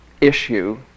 issue